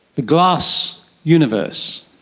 the glass universe,